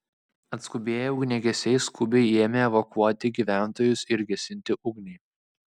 atskubėję ugniagesiai skubiai ėmė evakuoti gyventojus ir gesinti ugnį